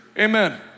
Amen